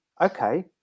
Okay